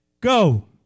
go